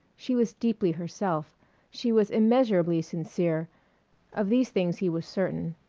she was deeply herself she was immeasurably sincere of these things he was certain.